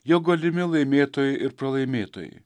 jo galimi laimėtojai ir pralaimėtojai